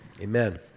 amen